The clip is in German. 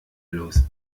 los